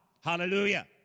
Hallelujah